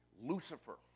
Lucifer